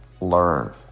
learn